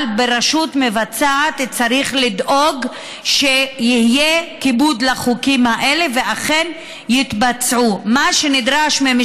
רק אתמול הייתה שיירה של מכוניות מכל